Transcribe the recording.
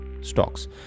Stocks